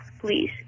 please